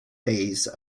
phase